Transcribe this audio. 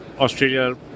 Australia